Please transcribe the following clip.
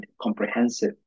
comprehensive